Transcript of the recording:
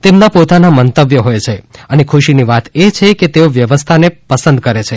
તેમના પોતાના મંતવ્યો હોય છે અને ખુશીની વાત છે કે તેઓ વ્યવસ્થાને પસંદ કરે છે